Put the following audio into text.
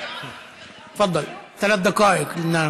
בבקשה, שלוש דקות.)